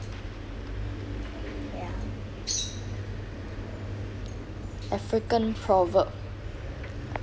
african proverb